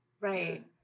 Right